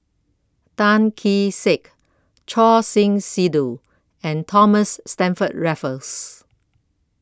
Tan Kee Sek Choor Singh Sidhu and Thomas Stamford Raffles